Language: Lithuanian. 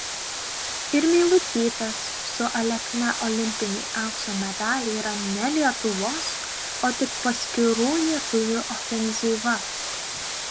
ir meilutytės su alekna olimpiniai aukso medaliai yra ne lietuvos o tik paskirų lietuvių ofenzyva